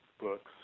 books